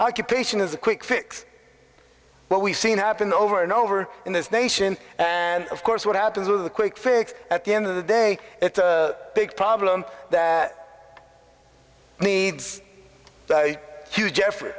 occupation is a quick fix what we've seen happen over and over in this nation and of course what happens with a quick fix at the end of the day it's a big problem that needs